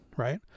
Right